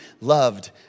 loved